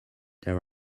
there